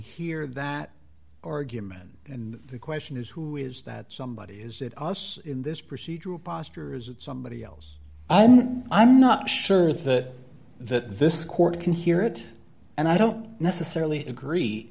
hear that argument and the question is who is that somebody is it us in this procedural posture is it somebody else i mean i'm not sure that that this court can hear it and i don't necessarily agree